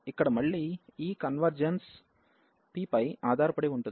ఇక్కడ మళ్ళీ ఈ కన్వర్జెన్స్ p పై ఆధారపడి ఉంటుంది